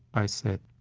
i said